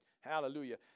Hallelujah